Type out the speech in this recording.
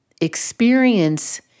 experience